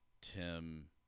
Tim